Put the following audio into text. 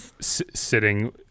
sitting